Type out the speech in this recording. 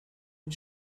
and